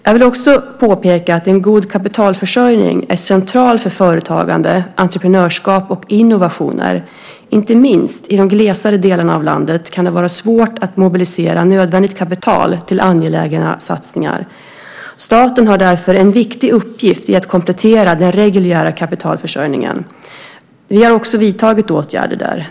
Jag vill också påpeka att en god kapitalförsörjning är central för företagande, entreprenörskap och innovationer. Inte minst i de glesare delarna av landet kan det vara svårt att mobilisera nödvändigt kapital till angelägna satsningar. Staten har därför en viktig uppgift i att komplettera den reguljära kapitalförsörjningen. Vi har också vidtagit åtgärder.